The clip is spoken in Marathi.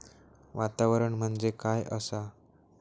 वातावरण म्हणजे काय असा?